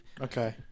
Okay